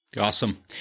Awesome